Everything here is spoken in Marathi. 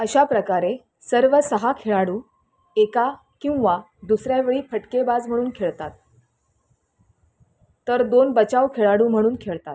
अशा प्रकारे सर्व सहा खेळाडू एका किंवा दुसऱ्या वेळी फटकेबाज म्हणून खेळतात तर दोन बचाव खेळाडू म्हणून खेळतात